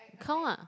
count lah